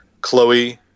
Chloe